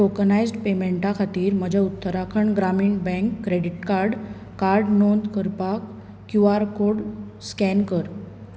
tokenised पेमेंटा खातीर म्हजें उत्तराखंड ग्रामीण बँक क्रॅडिट कार्ड कार्ड नोंद करपाक क्यू आर कोड स्कॅन कर